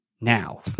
now